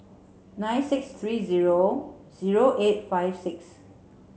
nine six three zero zero eight five six